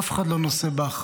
אף אחד לא נושא באחריות.